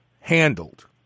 handled